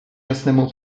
jasnemu